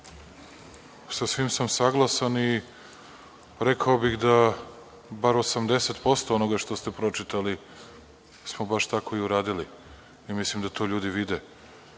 sa svim sam saglasan. Rekao bih da bar 80% onoga što ste pročitali smo baš tako i uradili. Mislim da to ljudi vide. Rekli